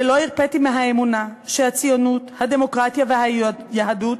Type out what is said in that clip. ולא הרפיתי מהאמונה שהציונות, הדמוקרטיה והיהדות